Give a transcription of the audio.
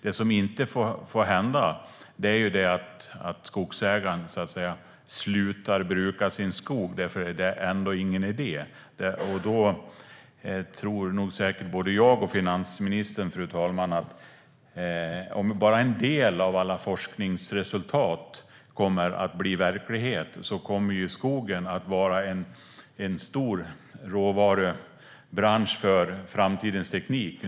Det som inte får hända är att skogsägare slutar bruka sin skog därför att det ändå inte är någon idé. Fru talman! Säkert tror både jag och finansministern att om bara en del av alla forskningsresultat blir verklighet kommer skogen att vara en stor råvarubransch för framtidens teknik.